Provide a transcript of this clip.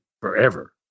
forever